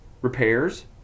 repairs